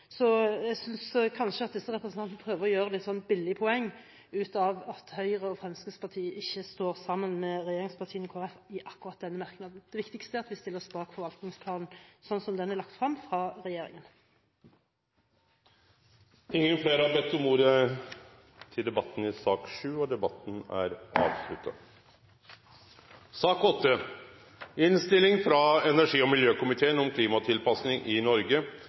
Så jeg synes kanskje at disse representantene prøver å gjøre noen billige poenger ut av at Høyre og Fremskrittspartiet ikke står sammen med regjeringspartiene og Kristelig Folkeparti i akkurat denne merknaden. Det viktigste er at vi stiller oss bak forvaltningsplanen, slik den er lagt frem fra regjeringen. Fleire har ikkje bedt om ordet til sak nr. 7. Etter ønske frå energi- og